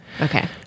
Okay